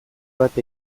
bat